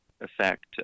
effect